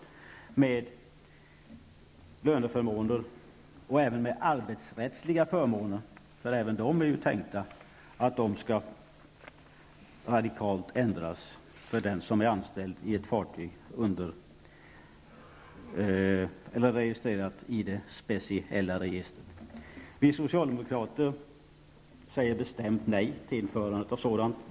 Det gäller löneförmåner och även arbetsrättsliga förmåner -- även de är tänkta att radikalt ändras för den som är anställd i ett fartyg registrerat i det speciella registret. Vi socialdemokrater säger bestämt nej till införandet av ett sådant register.